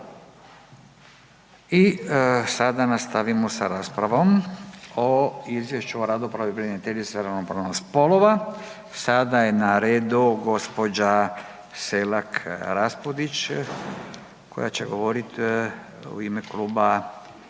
I sada nastavimo sa raspravom o Izvješću o radu pravobraniteljica za ravnopravnost spolova, sada je na redu gospođa Selak Raspudić koje će govoriti u ime Kluba